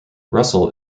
russell